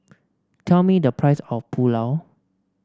tell me the price of Pulao